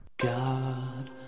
God